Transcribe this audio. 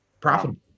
profitable